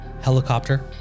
helicopter